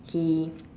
he